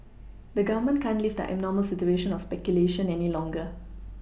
the Government can't leave the abnormal situation of speculation any longer